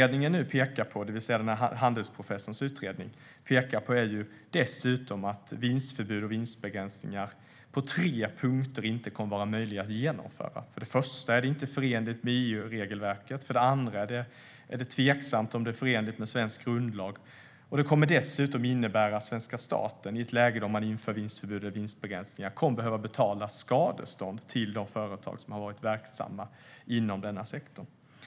Det som Handelsprofessorns utredning pekar på är dessutom att vinstförbud och vinstbegränsningar på tre punkter inte kommer att vara möjliga att genomföra. För det första är det inte förenligt med EU-regelverket. För det andra är det tveksamt om det är förenligt med svensk grundlag. Det kommer dessutom att innebära att svenska staten, i ett läge där man inför vinstförbud eller vinstbegränsningar, kommer att behöva betala skadestånd till de företag som har varit verksamma inom denna sektor.